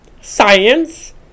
science